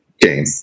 game